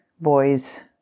boys